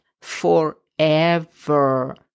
forever